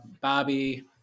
Bobby